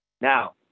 Now